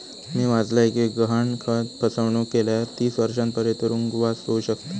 मी वाचलय कि गहाणखत फसवणुक केल्यावर तीस वर्षांपर्यंत तुरुंगवास होउ शकता